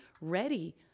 ready